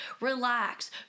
relax